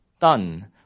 done